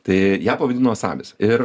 tai ją pavadino sabis ir